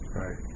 right